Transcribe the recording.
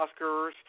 Oscars